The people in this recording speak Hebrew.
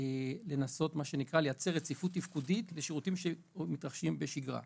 לנסות לייצר רציפות תפקודית בשירותים שקיימים בשגרה.